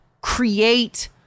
create